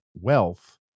wealth